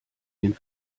den